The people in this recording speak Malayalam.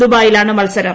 ദുബായിലാണ് മത്സരം